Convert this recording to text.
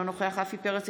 אינו נוכח רפי פרץ,